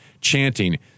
Chanting